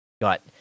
got